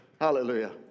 Hallelujah